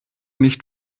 nicht